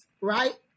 right